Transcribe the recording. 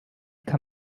kann